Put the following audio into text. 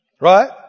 right